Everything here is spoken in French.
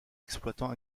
exploitant